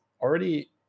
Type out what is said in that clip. already